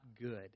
good